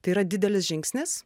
tai yra didelis žingsnis